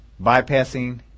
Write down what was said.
Bypassing